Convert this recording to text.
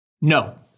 No